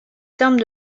terme